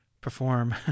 perform